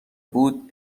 بود